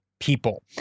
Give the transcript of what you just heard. people